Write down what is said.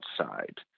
outside